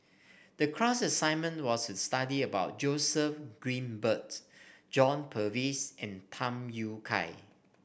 the class assignment was to study about Joseph Grimberg John Purvis and Tham Yui Kai